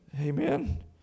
Amen